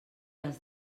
els